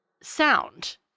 sound